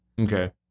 Okay